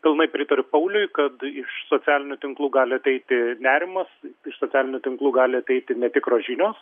pilnai pritariu pauliui kad iš socialinių tinklų gali ateiti ir nerimas iš socialinių tinklų gali ateiti netikros žinios